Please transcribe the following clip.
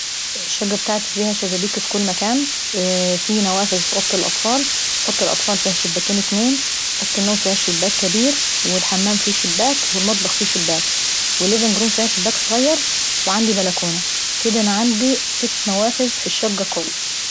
الشقة بتاعتي فيها شبابيك في كل مكان. اوضة الأطفال فيها شباكين اتنين، واوضة النوم فيها شباك كبير، والحمام فيه شباك، والميطبخ في شباك، والليفينج رووم فيها شباك صغير وعندي بلكونة. كدا انا عندي ست نوافذ في الشقة كلهي.